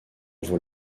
vaut